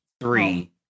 three